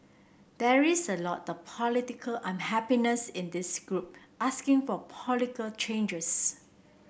there is a lot of political unhappiness in this group asking for political changes